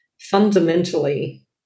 fundamentally